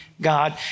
God